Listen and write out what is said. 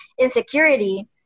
insecurity